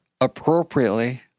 appropriately